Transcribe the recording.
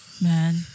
Man